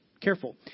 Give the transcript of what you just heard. Careful